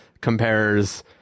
compares